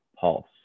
pulse